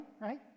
right